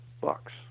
bucks